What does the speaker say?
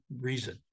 reason